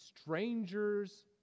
strangers